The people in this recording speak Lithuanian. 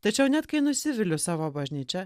tačiau net kai nusiviliu savo bažnyčia